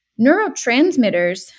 neurotransmitters